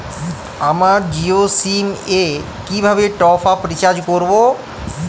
আমার জিও সিম এ কিভাবে টপ আপ রিচার্জ করবো?